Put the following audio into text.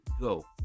go